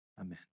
amen